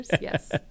Yes